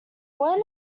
when